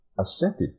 assented